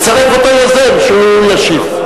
תצרף אותו כיוזם, שהוא ישיב.